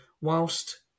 whilst